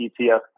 ETF